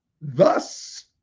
Thus